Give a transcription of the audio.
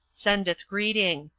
sendeth greeting.